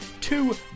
Two